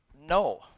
no